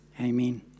Amen